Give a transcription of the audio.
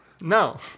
No